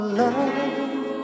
love